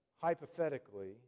hypothetically